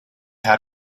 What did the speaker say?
had